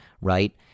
right